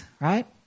right